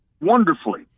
wonderfully